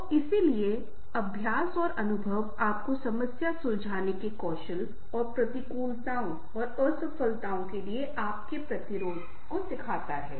तो इसलिए अभ्यास और अनुभव आपको समस्या सुलझाने के कौशल और प्रतिकूलताओं और असफलताओं के लिए आपके प्रतिरोध को सिखाते हैं